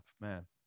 man